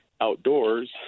outdoors